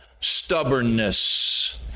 stubbornness